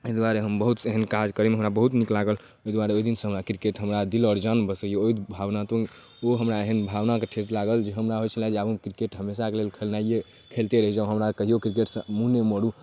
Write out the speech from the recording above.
एहि दुआरे हम बहुत एहन काज करैमे बहुत नीक लागल ओहि दुआरे ओहिदिनसँ हमरा किरकेट हमरा दिल आओर जान बसैए ओ भावना हमरा एहन भावनाके ठेस लागल जे हमरा होइ छलै जे आब हम किरकेट हमेशाके लेल खेलनाइए खेलिते रहि जाउ हमरा कहिओ किरकेटसँ मुँह नहि मोड़ू